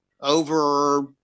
over